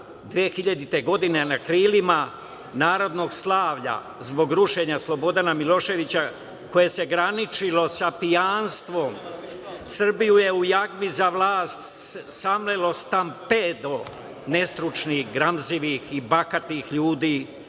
2000. godine na krilima narodnog slavlja, zbog rušenja Slobodana Miloševića, koje se graničilo sa pijanstvom, Srbiju je u jagmi za vlast samleo stampedo nestručnih, gramzivih i bahatih ljudi,